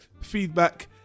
feedback